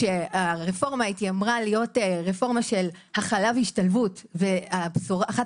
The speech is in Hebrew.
הרפורמה התיימרה להיות של הכלה והשתלבות ואחת